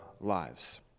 lives